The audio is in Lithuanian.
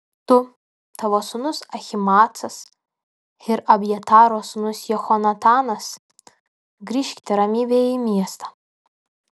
tu tavo sūnus ahimaacas ir abjataro sūnus jehonatanas grįžkite ramybėje į miestą